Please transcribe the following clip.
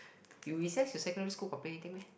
you recess you secondary school got play anything meh